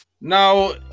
Now